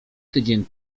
tydzień